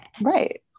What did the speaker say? Right